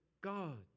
God